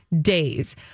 days